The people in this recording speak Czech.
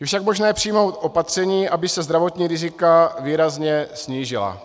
Je však možné přijmout opatření, aby se zdravotní rizika výrazně snížila.